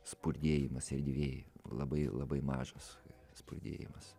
spurdėjimas erdvėj labai labai mažas spurdėjimas